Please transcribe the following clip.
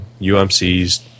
UMC's